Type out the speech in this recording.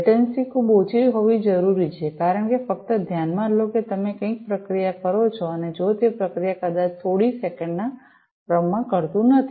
latency ખૂબ ઓછી હોવી જરૂરી છે કારણ કે ફક્ત ધ્યાનમાં લો કે તમે કંઈક પ્રક્રિયા કરો છો અને જો તે પ્રક્રિયા કદાચ થોડી સેકંડના ક્રમમાં કરતું નથી